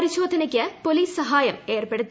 പരിശോധനയ്ക്ക് പോലീസ് സഹായം ഏർപ്പെടുത്തി